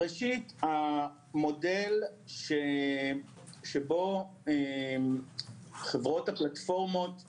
ראשית, המודל שבו חברות הפלטפורמות מתקשרות.